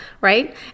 right